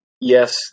yes